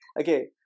okay